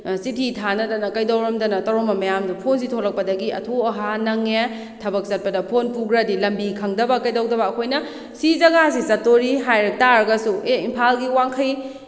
ꯆꯤꯊꯤ ꯊꯥꯅꯗꯅ ꯀꯩꯗꯧꯔꯝꯗꯅ ꯇꯧꯔꯝꯕ ꯃꯌꯥꯝꯗꯣ ꯐꯣꯟꯁꯤ ꯊꯣꯛꯂꯛꯄꯗꯒꯤ ꯑꯊꯨ ꯑꯍꯥ ꯅꯪꯉꯦ ꯊꯕꯛ ꯆꯠꯄꯗ ꯐꯣꯟ ꯄꯨꯈ꯭ꯔꯗꯤ ꯂꯝꯕꯤ ꯈꯪꯗꯕ ꯀꯩꯗꯧꯗꯕ ꯑꯩꯈꯣꯏꯅ ꯁꯤ ꯖꯒꯥꯁꯤ ꯆꯠꯇꯣꯔꯤ ꯍꯥꯏꯔ ꯇꯥꯔꯒꯁꯨ ꯑꯦ ꯏꯝꯐꯥꯜꯒꯤ ꯋꯥꯡꯈꯩ